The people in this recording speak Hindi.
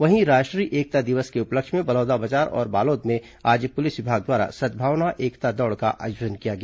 वहीं राष्ट्रीय एकता दिवस के उपलक्ष्य में बलौदाबाजार और बालोद में आज पुलिस विभाग द्वारा सद्भावना एकता दौड़ का आयोजन किया गया